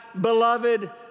beloved